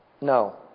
No